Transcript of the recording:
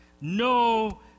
No